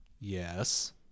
Yes